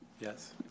Yes